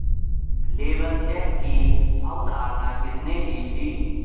Labour check की अवधारणा किसने दी थी?